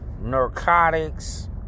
narcotics